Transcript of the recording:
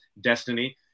destiny